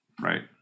Right